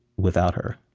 without her